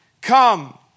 Come